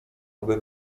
aby